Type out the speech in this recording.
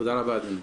תודה רבה, אדוני.